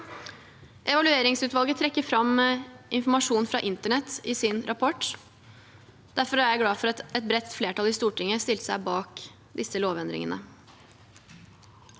Evalueringsutvalget trekker fram informasjon fra internett i sin rapport. Jeg er derfor glad for at et bredt flertall i Stortinget stilte seg bak lovendringene.